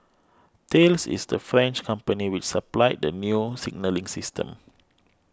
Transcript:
thales is the French company which supplied the new signalling system